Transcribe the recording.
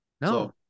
No